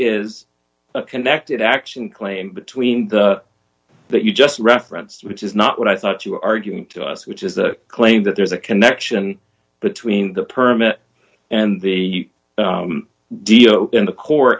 is connected action claim between the that you just referenced which is not what i thought you were arguing to us which is the claim that there's a connection between the permit and the deal in the court